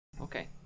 Okay